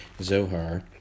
Zohar